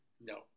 no